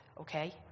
okay